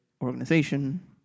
organization